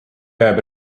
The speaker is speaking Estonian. jääb